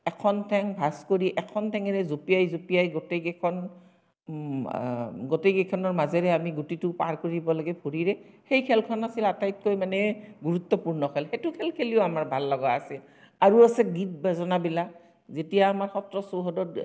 এখন ঠেং ভাঁজ কৰি এখন ঠেঙেৰে জপিয়াই জপিয়াই গোটেইকেইখন গোটেইকেইখনৰ মাজেৰে আমি গুটিটো পাৰ কৰিব লাগে ভৰিৰে সেই খেলখন আছিল আটাইতকৈ মানে গুৰুত্বপূৰ্ণ খেল সেইটো খেল খেলিও আমাৰ ভাল লগা আছিল আৰু আছে গীত বাজনাবিলাক যেতিয়া আমাৰ সত্ৰ চৌহদত